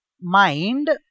mind